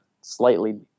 slightly